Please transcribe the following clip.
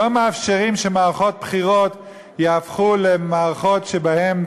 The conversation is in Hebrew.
לא מאפשרים שמערכות בחירות יהפכו למערכות שבהן,